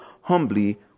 humbly